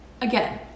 again